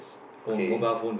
okay